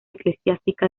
eclesiástica